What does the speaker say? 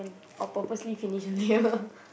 or purposely finish earlier